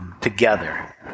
together